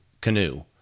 canoe